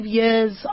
years